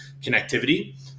connectivity